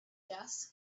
gas